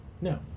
No